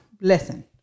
Listen